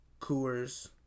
Coors